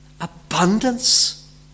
Abundance